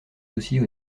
dossiers